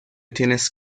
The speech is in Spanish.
tienes